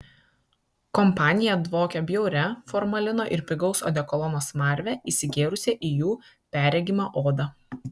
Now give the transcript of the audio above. kompanija dvokė bjauria formalino ir pigaus odekolono smarve įsigėrusią į jų perregimą odą